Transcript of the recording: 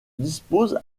dispose